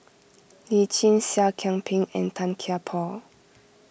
Lee Tjin Seah Kian Peng and Tan Kian Por